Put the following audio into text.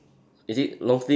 is it long sleeve